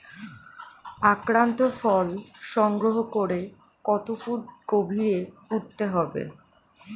আক্রান্ত ফল সংগ্রহ করে কত ফুট গভীরে পুঁততে হবে?